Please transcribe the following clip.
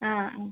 ആ ആ